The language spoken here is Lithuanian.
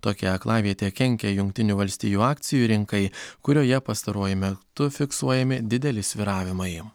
tokia aklavietė kenkia jungtinių valstijų akcijų rinkai kurioje pastaruoju metu fiksuojami dideli svyravimai